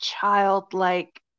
childlike